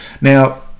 Now